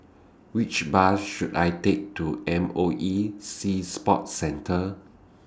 Which Bus should I Take to M O E Sea Sports Centre